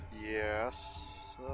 yes